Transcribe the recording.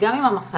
גם אם המחלה,